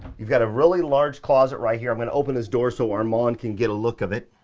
you've got a really large closet right here. i'm gonna open this door so armand can get a look of it.